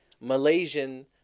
Malaysian